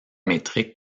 métrique